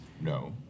No